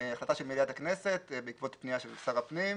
החלטה של מליאת הכנסת בעקבות פנייה של שר הפנים.